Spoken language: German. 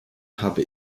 habe